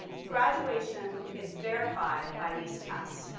graduation is verified by these tests.